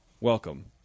welcome